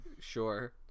Sure